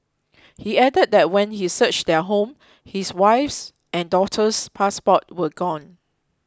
he added that when he searched their home his wife's and daughter's passports were gone